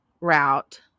route